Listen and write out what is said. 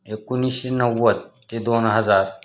एकोणीसशे नव्वद ते दोन हजार